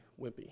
wimpy